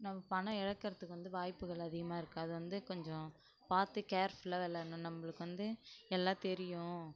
நம்ம பணம் இழக்கறத்துக்கு வந்து வாய்ப்புகள் அதிகமாக இருக்குது அது வந்து கொஞ்சம் பார்த்து கேர்ஃபுல்லாக வெளாடணும் நம்பளுக்கு வந்து எல்லாம் தெரியும்